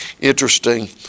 Interesting